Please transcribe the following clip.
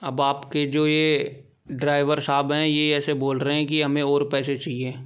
अब आपके जो ये ड्राइवर साहब हैं ये ऐसे बोल रहे हैं कि हमें और पैसे चाहिए